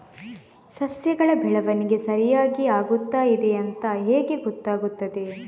ಸಸ್ಯಗಳ ಬೆಳವಣಿಗೆ ಸರಿಯಾಗಿ ಆಗುತ್ತಾ ಇದೆ ಅಂತ ಹೇಗೆ ಗೊತ್ತಾಗುತ್ತದೆ?